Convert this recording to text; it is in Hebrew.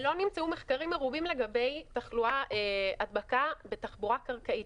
לא נמצאו מחקרים מרובים לגבי הדבקה בתחבורה קרקעית,